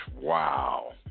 Wow